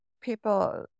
people